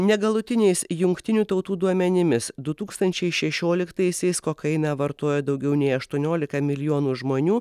negalutiniais jungtinių tautų duomenimis du tūkstančiai šešioliktaisiais kokainą vartojo daugiau nei aštuoniolika milijonų žmonių